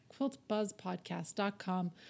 quiltbuzzpodcast.com